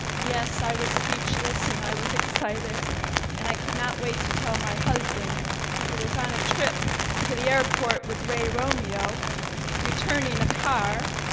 yes, i was speechless and i was excited and i could not wait to tell my husband who was on a trip to the airport with ray romeo returning a car